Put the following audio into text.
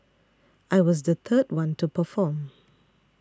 I was the third one to perform